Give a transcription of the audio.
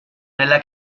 nella